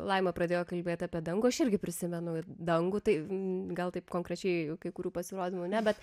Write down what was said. laima pradėjo kalbėt apie dangų aš irgi prisimenu dangų tai gal taip konkrečiai kai kurių pasirodymų ne bet